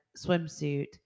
swimsuit